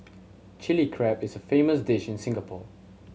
Chilli Crab is a famous dish in Singapore